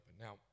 Now